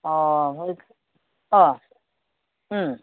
अ अ